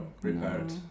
prepared